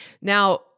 Now